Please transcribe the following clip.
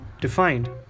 defined